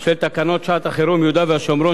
של תקנות שעת-חירום (יהודה והשומרון,